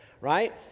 right